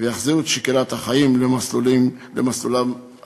ויחזירו את שגרת החיים למסלולה הרגיל.